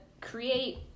create